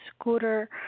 scooter